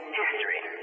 history